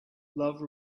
love